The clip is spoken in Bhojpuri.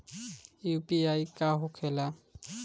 यू.पी.आई का होखेला?